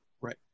Right